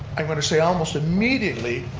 i'm going to say, almost immediately